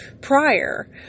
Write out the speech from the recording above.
prior